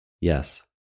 Yes